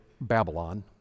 Babylon